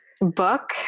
book